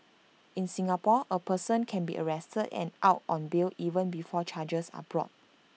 in Singapore A person can be arrested and out on bail even before charges are brought